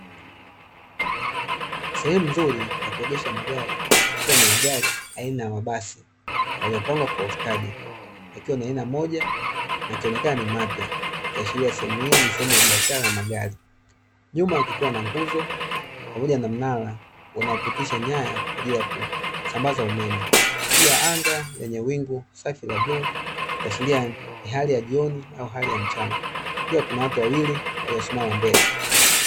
Sehemu nzuri ya kuogesha magari, kukiwa na magari aina ya mabasi yaliyopangwa kwa ustadi yakiwa ni aina moja na yakionekana ni mapya, ikiashiria sehemu hii ni sehemu ya biashara ya magari. Nyuma kukiwa na nguzo pamoja na mnara unaopitisha nyaya kwa ajili ya kusambaza umeme. Pia anga lenye wingu safi la bluu likiashiria ni hali ya jioni au hali ya mchana. Pia kuna watu wawili waliosimama mbele.